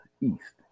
East